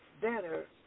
better